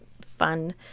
fun